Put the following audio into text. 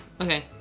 okay